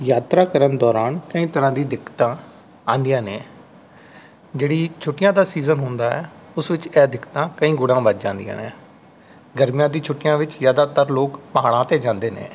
ਯਾਤਰਾ ਕਰਨ ਦੌਰਾਨ ਕਈ ਤਰ੍ਹਾਂ ਦੀ ਦਿੱਕਤਾਂ ਆਉਂਦੀਆਂ ਨੇ ਜਿਹੜੀ ਛੁੱਟੀਆਂ ਦਾ ਸੀਜ਼ਨ ਹੁੰਦਾ ਹੈ ਉਸ ਵਿੱਚ ਇਹ ਦਿੱਕਤਾਂ ਕਈ ਗੁਣਾਂ ਵੱਧ ਜਾਂਦੀਆਂ ਨੇ ਗਰਮੀ ਦੀਆਂ ਛੁੱਟੀਆਂ ਵਿੱਚ ਜ਼ਿਆਦਾਤਰ ਲੋਕ ਪਹਾੜਾਂ 'ਤੇ ਜਾਂਦੇ ਨੇ